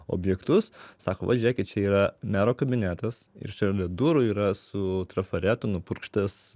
objektus sako va žiūrėkit čia yra mero kabinetas ir šalia durų yra su trafaretu nupurkštas